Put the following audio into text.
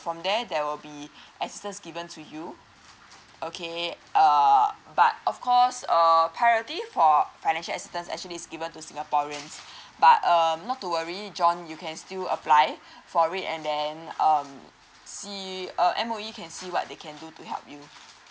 from there there will be assistant given to you okay uh but of course err priority for financial assistance actually is given to singaporeans but um not to worry john you can still apply for it and then um see uh M_O_E can see what they can do to help you